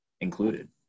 included